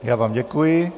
Já vám děkuji.